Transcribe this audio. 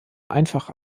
einfach